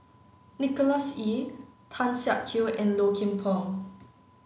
Nicholas Ee Tan Siak Kew and Low Kim Pong